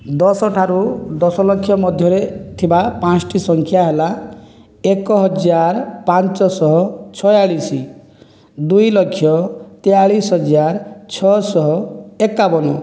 ଦଶଠାରୁ ଦଶଲକ୍ଷ ମଧ୍ୟରେ ଥିବା ପାଞ୍ଚଟି ସଂଖ୍ୟା ହେଲା ଏକହଜାର ପାଞ୍ଚଶହ ଛୟାଳିଶ ଦୁଇଲକ୍ଷ ତେୟାଳିଶ ହଜାର ଛଅଶହ ଏକାବନ